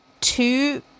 two